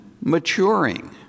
maturing